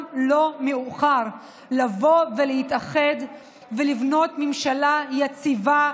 לא מאוחר להתאחד ולבנות ממשלה יציבה,